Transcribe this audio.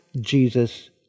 Jesus